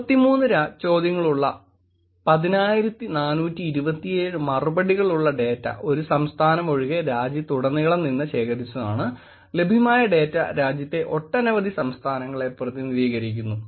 83 ചോദ്യങ്ങളുള്ള 10427 മറുപടികളുള്ള ഡേറ്റ ഒരു സംസ്ഥാനം ഒഴികെ രാജ്യത്തുടനീളം നിന്ന് ശേഖരിച്ചതാണ് ലഭ്യമായ ഡേറ്റ രാജ്യത്തെ ഒട്ടനവധി സംസ്ഥാനങ്ങളെ പ്രതിനിധീകരിക്കുന്നു